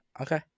Okay